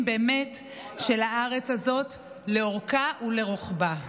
באמת של הארץ הזאת לאורכה ולרוחבה.